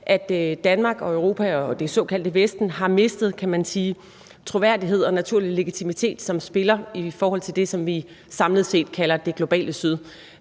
at Danmark og Europa og det såkaldte Vesten har mistet troværdighed og naturlig legitimitet som spiller i forhold til det, vi samlet set kalder det globale syd,